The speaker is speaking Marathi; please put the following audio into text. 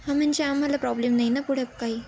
हा म्हणजे आम्हाला प्रॉब्लेम नाही ना पुढप काही